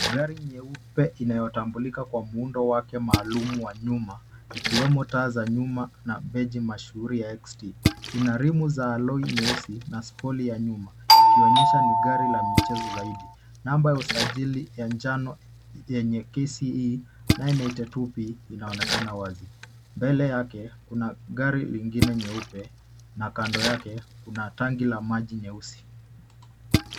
Gari nyeupe inayotambulika kwa muundo wake maalumu wa nyuma ikiwemo taa za nyuma na beji mashuhuri ya XT. Ina rimu za aloi nyeusi na sholi ya nyuma ikionyesha ni gari la michezo zaidi. Namba ya usajili ya njano yenye KCE 982P inaonekana wazi. Mbele yake kuna gari lingine nyeupe na kando yake kuna tanki la maji nyeusi.